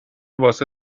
واسه